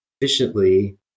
efficiently